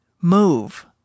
move